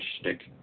shtick